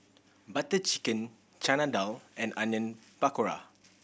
Butter Chicken Chana Dal and Onion Pakora